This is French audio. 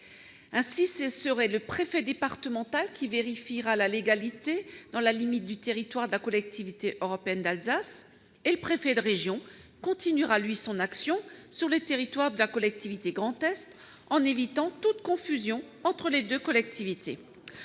Ainsi, le préfet départemental vérifiera la légalité dans la limite du territoire de la Collectivité européenne d'Alsace et le préfet de région continuera son action sur les territoires de la collectivité Grand Est, en évitant toute confusion entre les deux collectivités.